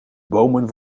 bomen